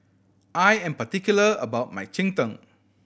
I am particular about my cheng tng